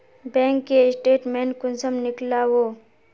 Bank के statement कुंसम नीकलावो?